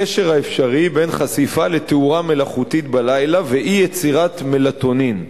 הקשר האפשרי בין חשיפה לתאורה מלאכותית בלילה ואי-יצירת מלטונין.